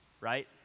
right